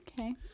Okay